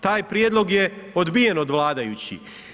Taj prijedlog je odbijen od vladajućih.